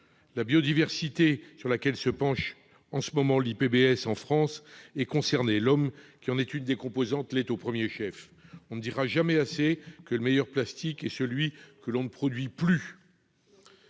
la biodiversité, sur laquelle se penche en ce moment, PBS en France est concernée, l'homme qui en étude des composantes est au 1er chef on ne dira jamais assez que le meilleur plastique et celui que l'on produit plus.